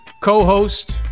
co-host